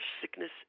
sickness